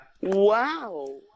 wow